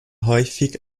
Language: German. häufig